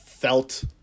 felt